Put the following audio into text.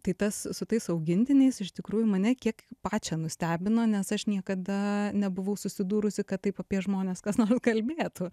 tai tas su tais augintiniais iš tikrųjų mane kiek pačią nustebino nes aš niekada nebuvau susidūrusi kad taip apie žmones kas nors kalbėtų